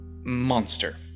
Monster